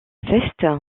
veste